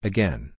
Again